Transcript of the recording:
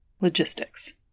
logistics